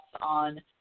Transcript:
on